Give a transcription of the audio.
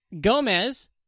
Gomez